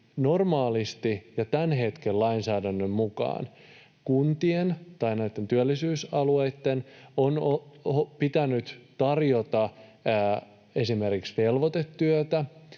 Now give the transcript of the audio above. normaalisti ja tämän hetken lainsäädännön mukaan työllisyysalueitten on pitänyt tarjota esimerkiksi velvoitetyötä